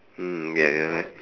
mm ya you're right